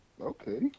Okay